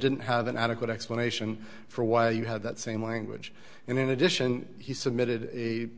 didn't have an adequate explanation for why you had that same language and in addition he submitted a